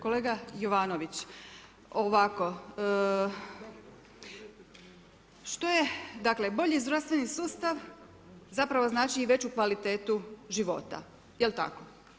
Kolega Jovanović, ovako, što je dakle bolji zdravstveni sustav, zapravo znači i veću kvalitetu života, jel tako?